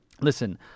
Listen